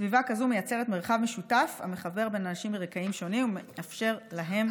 סביבה כזאת מייצרת מרחב משותף המחבר בין אנשים מרקעים שונים ומאפשר להם